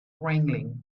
wrangling